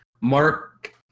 Mark